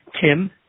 Tim